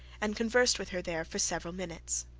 and conversed with her there for several minutes.